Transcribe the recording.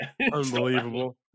unbelievable